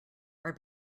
our